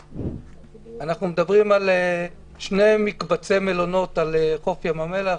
אנחנו מדברים על שני מקבצי מלונות על חוף ים המלח,